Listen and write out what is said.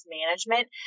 management